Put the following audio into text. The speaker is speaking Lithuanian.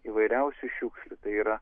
įvairiausių šiukšlių tai yra